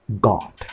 God